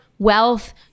wealth